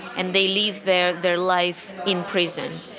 and they live their their life in prison,